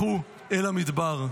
לכו אל המדבר?